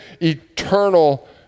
eternal